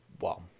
Wow